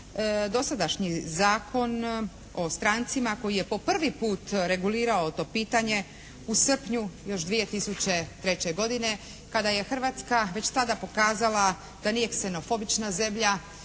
dosadašnji Zakon o strancima koji je po prvi put regulirao to pitanje u srpnju još 2003. godine, kada je Hrvatska već tada pokazala da nije ksenofobična zemlja,